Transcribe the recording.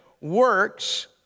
works